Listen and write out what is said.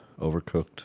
Overcooked